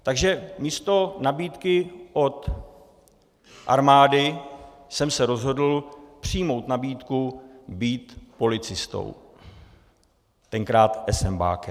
Takže místo nabídky od armády jsem se rozhodl přijmout nabídku být policistou, tenkrát esenbákem.